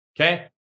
Okay